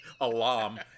alarm